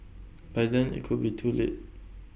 by then IT could be too late